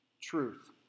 truth